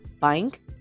bank